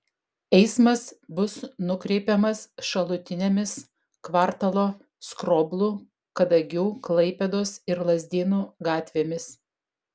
eismas bus nukreipiamas šalutinėmis kvartalo skroblų kadagių klaipėdos ir lazdynų gatvėmis